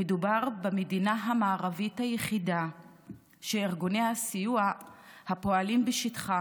מדובר במדינה המערבית היחידה שארגוני הסיוע הפועלים בשטחה